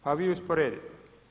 Pa vi usporedite.